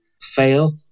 Fail